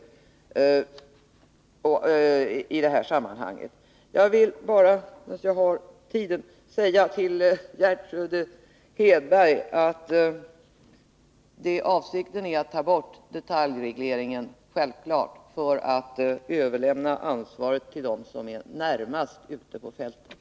När jag har ordet vill jag också säga till Gertrud Hedberg att avsikten självfallet är att ta bort detaljregleringen och att överlämna ansvaret till dem som är närmast ute på fältet.